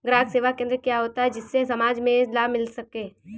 ग्राहक सेवा केंद्र क्या होता है जिससे समाज में लाभ मिल सके?